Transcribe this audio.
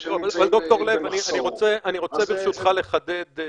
אבל, ד"ר לב, אני רוצה ברשותך לחדד.